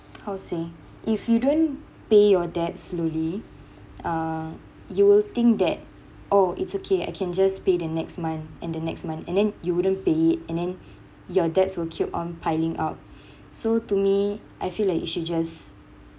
how to say if you don't pay your debts slowly uh you will think that oh it's okay I can just pay the next month and the next month and then you wouldn't pay it and then your debts will keep on piling up so to me I feel like you should just